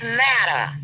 matter